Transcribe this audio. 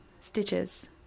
stitches